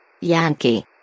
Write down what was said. Yankee